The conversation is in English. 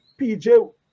pj